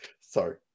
Sorry